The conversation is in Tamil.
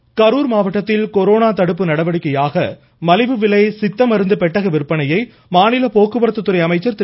விஜயபாஸ்கர் கரூர் மாவட்டத்தில் கொரோனா தடுப்பு நடவடிக்கையாக மலிவு விலை சித்த மருந்து பெட்டக விற்பனையை மாநில போக்குவரத்து துறை அமைச்சர் திரு